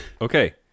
Okay